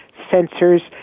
sensors